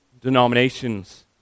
denominations